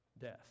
death